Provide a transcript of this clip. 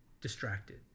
distracted